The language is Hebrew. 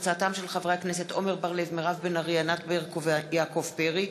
דה-לגיטימציה לשירות נשים בקרבי,